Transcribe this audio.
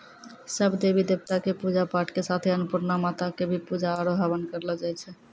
सब देवी देवता कॅ पुजा पाठ के साथे अन्नपुर्णा माता कॅ भी पुजा आरो हवन करलो जाय छै